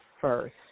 First